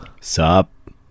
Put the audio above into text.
Sup